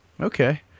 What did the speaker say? Okay